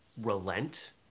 Relent